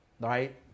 right